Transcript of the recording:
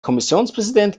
kommissionspräsident